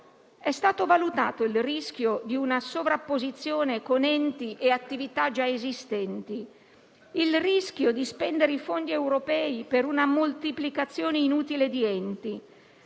stato valutato il rischio di una sovrapposizione con enti e attività già esistenti, il rischio di spendere i fondi europei per una moltiplicazione inutile di enti.